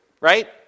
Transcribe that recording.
right